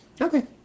Okay